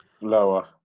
Lower